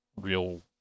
real